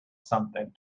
something